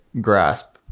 grasp